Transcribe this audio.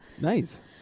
Nice